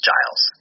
Giles